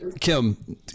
Kim